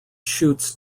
shoots